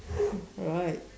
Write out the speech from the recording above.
right